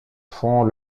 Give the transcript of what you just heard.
font